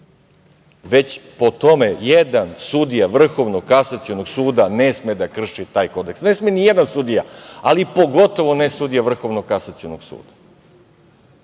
Već po tome jedan sudija Vrhovnog kasacionog suda ne sme da krši taj kodeks. Ne sme nijedan sudija, ali pogotovo ne sudija Vrhovnog kasacionog suda.